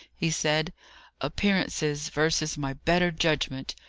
he said appearances versus my better judgment.